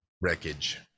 Wreckage